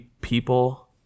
people